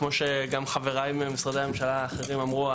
כפי שגם חבריי ממשרדי הממשלה האחרים אמרו,